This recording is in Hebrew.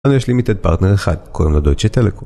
אנו יש לימיטד פרטנר אחד, קוראים לדויצה טלקום